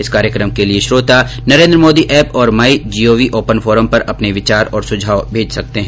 इस कार्यकम के लिए श्रोता नरेन्द्र मोदी एप और my G O V open forum पर अपने विचार और सुझाव भेज सकते हैं